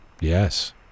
Yes